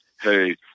hey